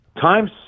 times